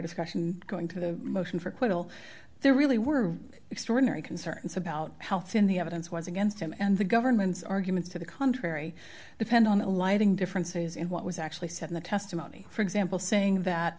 discretion going to the motion for acquittal there really were extraordinary concerns about how thin the evidence was against him and the government's arguments to the contrary depend on the lighting differences in what was actually said in the testimony for example saying that